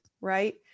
right